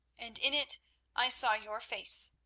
and in it i saw your face.